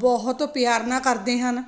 ਬਹੁਤ ਪਿਆਰ ਨਾਲ ਕਰਦੇ ਹਨ